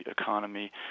economy